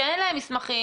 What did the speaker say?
שאין להם מסמכים,